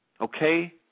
Okay